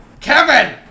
Kevin